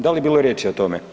Da li je bilo riječi o tome?